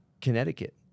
Connecticut